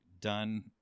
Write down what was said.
done